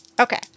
Okay